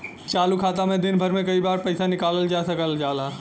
चालू खाता में दिन भर में कई बार पइसा निकालल जा सकल जाला